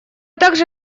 также